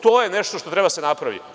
To je nešto što treba da se napravi.